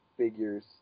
figures